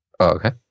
Okay